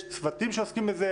יש צוותים שעוסקים בזה,